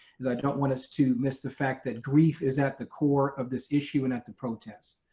cause i don't want us to miss the fact that grief is at the core of this issue and at the protest.